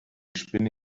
spinne